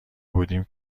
بودیم